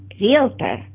realtor